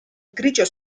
grigio